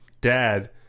dad